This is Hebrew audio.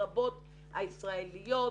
לרבות הישראליות,